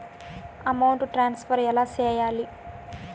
amount transfer ఎలా సేయాలి